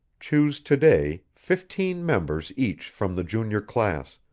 choose to-day fifteen members each from the junior class,